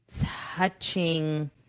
touching